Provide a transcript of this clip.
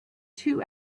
two